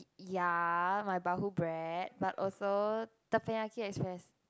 ya my bread but also Tepanyaki express